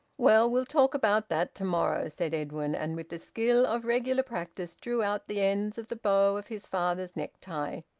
well, we'll talk about that to-morrow, said edwin, and with the skill of regular practice drew out the ends of the bow of his father's necktie.